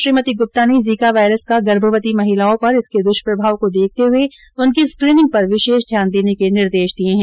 श्रीमती ग्रप्ता ने Zika virus का गर्भवती महिलाओं पर इसके द्ष्प्रभाव को देखते हुए उनकी स्क्रीनिंग पर विशेष ध्यान देने के निर्देश दिये है